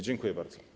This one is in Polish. Dziękuję bardzo.